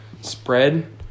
spread